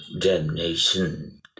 damnation